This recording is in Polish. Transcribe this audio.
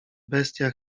bestia